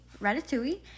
Ratatouille